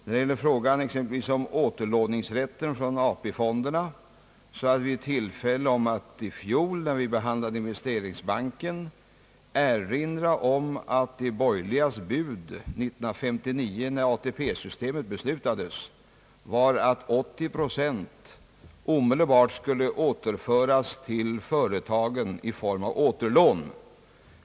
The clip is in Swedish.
När det gäller återlåningsrätten från AP fonderna hade vi tillfälle att i fjol, när vi behandlade investeringsbanken, erinra om att de borgerligas bud 1959 — när ATP-systemet beslutades — var att 80 procent omedelbart skulle återföras till företagen i form av återlån.